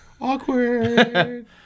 awkward